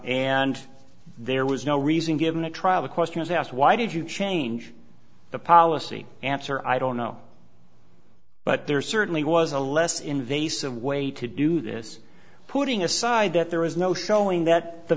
and there was no reason given a trial the question was asked why did you change the policy answer i don't know but there certainly was a less invasive way to do this putting aside that there is no showing that the